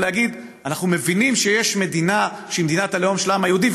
ולהגיד: אנחנו מבינים שיש מדינה שהיא מדינת הלאום של העם היהודי.